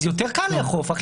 אז יותר קל לאכוף.